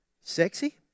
sexy